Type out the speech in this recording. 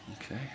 Okay